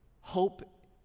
Hope